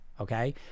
okay